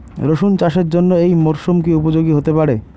রসুন চাষের জন্য এই মরসুম কি উপযোগী হতে পারে?